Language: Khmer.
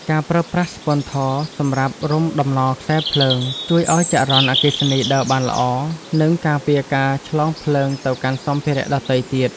ការប្រើប្រាស់ស្ពាន់ធ័រសម្រាប់រុំតំណខ្សែភ្លើង ជួយឱ្យចរន្តអគ្គិសនីដើរបានល្អ និងការពារការឆ្លងភ្លើងទៅកាន់សម្ភារៈដទៃទៀត។